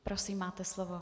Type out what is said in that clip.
Prosím, máte slovo.